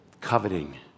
Coveting